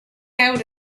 out